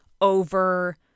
over